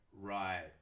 right